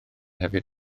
hefyd